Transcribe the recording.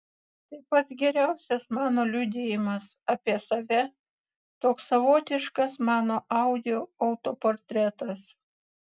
tai pats geriausias mano liudijimas apie save toks savotiškas mano audio autoportretas